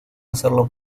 hacerlo